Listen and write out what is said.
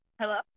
Hello